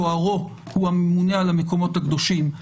תוארו הוא הממונה על המקומות הקדושים,